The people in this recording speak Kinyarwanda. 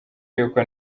y’uko